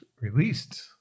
released